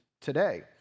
today